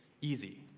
easy